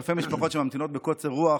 ואני גם יודע שיש אלפי משפחות שממתינות בקוצר רוח